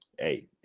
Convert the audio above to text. Hey